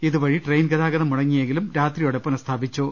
ഇതുവഴിയുള്ള ട്രെയിൻ ഗതാഗതം മുടങ്ങിയെങ്കിലും രാത്രിയോടെ പുനസ്ഥാപിച്ചു